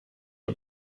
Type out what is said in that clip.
are